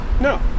No